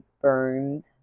burned